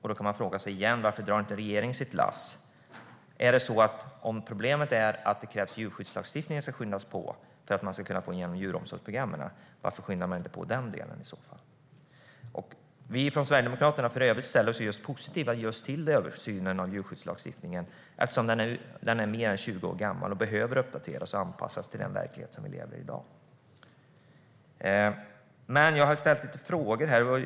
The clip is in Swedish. Här kan man återigen fråga sig varför regeringen inte drar sitt lass. Om problemet är att det krävs att djurskyddslagstiftningen skyndas på för att man ska kunna få igenom djuromsorgsprogrammen, varför skyndar man i så fall inte på den delen? Vi i Sverigedemokraterna ställer oss i övrigt positiva till översynen av djurskyddslagstiftningen eftersom den nuvarande är mer än 20 år gammal och behöver uppdateras och anpassas till den verklighet vi i dag lever i. Men jag har ställt fler frågor här.